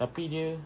tapi dia